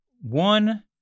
One